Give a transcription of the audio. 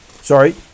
Sorry